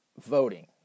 voting